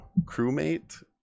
crewmate